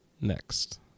next